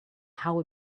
how